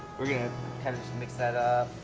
we're going to kind of mix that